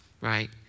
right